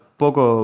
poco